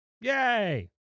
Yay